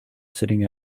sitting